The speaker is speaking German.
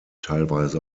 teilweise